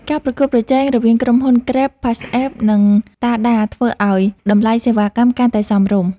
ការប្រកួតប្រជែងរវាងក្រុមហ៊ុន Grab, PassApp និង Tada ធ្វើឱ្យតម្លៃសេវាកម្មកាន់តែសមរម្យ។